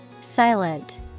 Silent